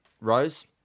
Rose